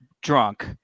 drunk